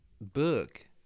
book